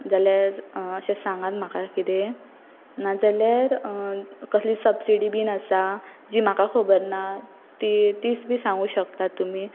जाल्यार अशें सांगात म्हाका किदें नाजाल्यार कसली सब्सिडी बीन आसा जी म्हाका खबर ना ती तीच बी सांगूं शकता तुमी